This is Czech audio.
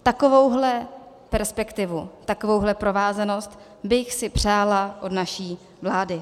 Takovouhle perspektivu, takovouhle provázanost bych si přála od naší vlády.